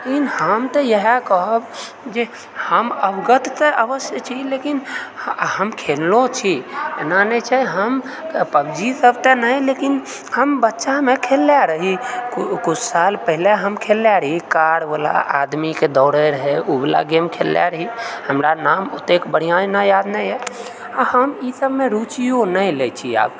लेकिन हम तऽ इहए कहब जे हम अवगत तऽ अवश्य छी लेकिन हम खेलनो छी एना नहि छै हम पबजी सब तऽ नहि लेकिन हम बच्चामे खेललए रही किछु साल पहिले हम खेललए रही कार वाला आदमीके दौड़ए रहए ओ वाला गेम खेललए रही हमरा नाम ओतेक बढ़िआँ नहि याद नहि यऽ आ हम ई सबमे रुचियो नहि लै छी आब